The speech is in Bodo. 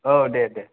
ओ दे दे